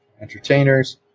entertainers